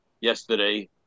yesterday